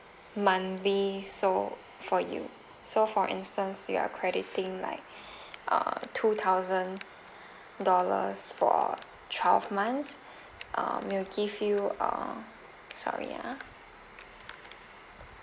monthly so for you so for instance you are crediting like uh two thousand dollars for twelve months uh we'll give you err sorry ah